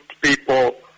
people